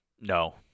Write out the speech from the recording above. no